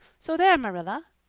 so there, marilla.